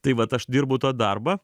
tai vat aš dirbu tą darbą